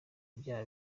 ibyaha